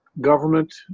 government